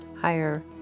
higher